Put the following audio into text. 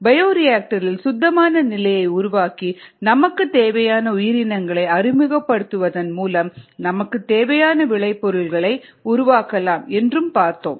bioreactor இல் சுத்தமான நிலையை உருவாக்கி நமக்கு தேவையான உயிரினங்களை அறிமுகப்படுத்துவதன் மூலம் நமக்கு தேவையான விளைபொருளை உருவாக்கலாம் என்றும் பார்த்தோம்